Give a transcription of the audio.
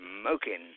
smoking